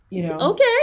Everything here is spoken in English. Okay